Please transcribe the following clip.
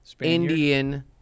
Indian